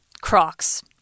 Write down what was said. Crocs